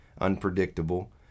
unpredictable